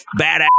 badass